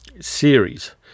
series